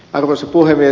arvoisa puhemies